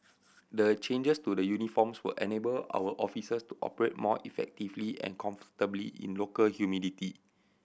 the changes to the uniforms will enable our officers to operate more effectively and comfortably in local humidity